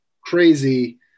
crazy